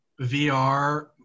VR